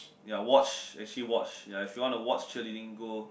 ya watch actually watch ya if you want to watch cheerleading go